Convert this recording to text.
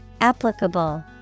Applicable